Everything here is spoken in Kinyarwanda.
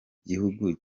gihugu